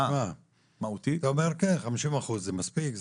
אתה אומר 50%, זה מספיק?